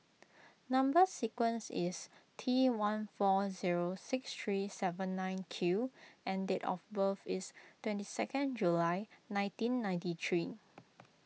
Number Sequence is T one four zero six three seven nine Q and date of birth is twenty second July nineteen ninety three